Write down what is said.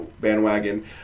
bandwagon